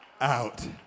out